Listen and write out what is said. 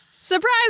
Surprise